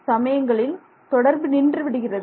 சமயங்களில் தொடர்பு நின்றுவிடுகிறது